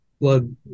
blood